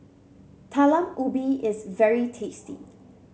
Talam Ubi is very tasty